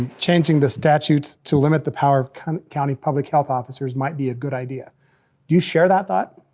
and changing the statutes to limit the power of kind of county public health officers might be a good idea. do you share that thought?